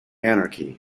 anarchy